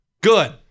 Good